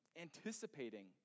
anticipating